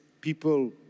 people